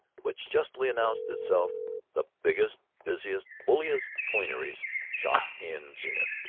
which justly announced itself the biggest, busiest, bulliest cleanerie shoppe in zenith.